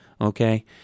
okay